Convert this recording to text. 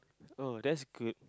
oh that's good